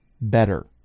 better